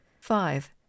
five